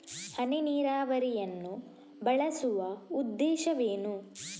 ಹನಿ ನೀರಾವರಿಯನ್ನು ಬಳಸುವ ಉದ್ದೇಶವೇನು?